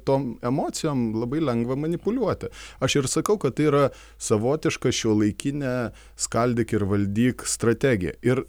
tom emocijom labai lengva manipuliuoti aš ir sakau kad tai yra savotiška šiuolaikinė skaldyk ir valdyk strategija ir